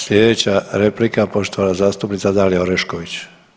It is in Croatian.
Sljedeća replika poštovana zastupnica Dalija Orešković.